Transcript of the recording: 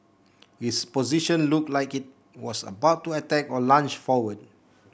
its position looked like it was about to attack or lunge forward